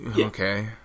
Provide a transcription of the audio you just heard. okay